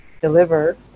deliver